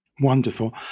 Wonderful